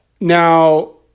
Now